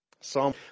Psalm